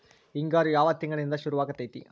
ಹಿಂಗಾರು ಯಾವ ತಿಂಗಳಿನಿಂದ ಶುರುವಾಗತೈತಿ?